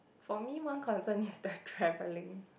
for me one concern is the traveling